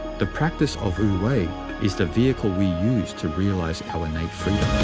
the practice of wu-wei is the vehicle we use to realize our innate freedom.